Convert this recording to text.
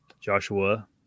joshua